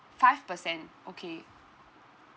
five percent okay